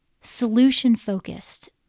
Solution-focused